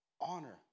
honor